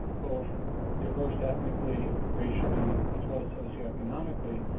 both diverse ethnically, racially, as well as socioeconomically,